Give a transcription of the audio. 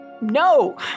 no